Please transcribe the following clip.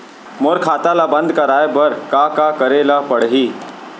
मोर खाता ल बन्द कराये बर का का करे ल पड़ही?